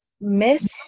Miss